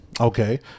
Okay